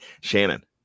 Shannon